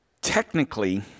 Technically